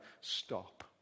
stop